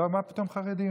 מה פתאום "חרדים"?